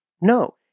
No